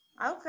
Okay